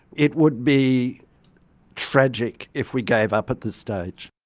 it would be tragic if we gave up at this stage.